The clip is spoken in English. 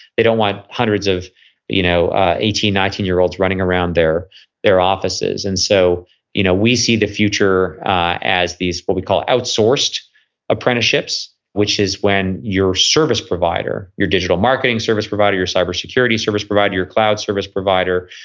they don't want hundreds of you know ah eighteen, nineteen year olds running around their their offices and so you know we see the future as these, what we call outsourced apprenticeships, which is when your service provider, your digital marketing service provider, your cybersecurity service provider, your cloud service provider,